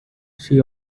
she